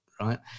Right